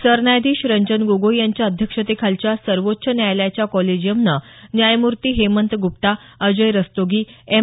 सरन्यायाधीश रंजन गोगोई यांच्या अध्यक्षतेखालच्या सर्वोच्व न्यायालयाच्या कोलॅजियमनं न्यायमूर्ती हेमंत गुप्ता अजय रस्तोगी एम